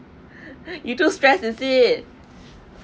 you too stressed is it